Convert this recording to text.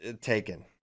Taken